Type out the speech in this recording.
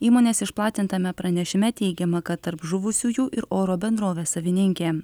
įmonės išplatintame pranešime teigiama kad tarp žuvusiųjų ir oro bendrovės savininkė